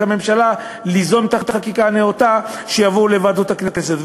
הממשלה ליזום את החקיקה הנאותה שתבוא לוועדות הכנסת.